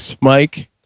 Mike